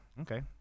Okay